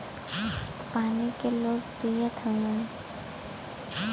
पानी के लोग पियत हउवन